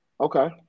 Okay